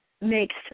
makes